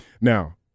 Now